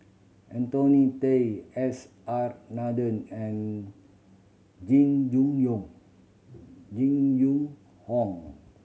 Anthony Day S R Nathan and Jing Jun Yong Jing Jun Hong